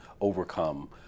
overcome